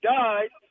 died